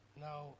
Now